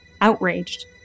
outraged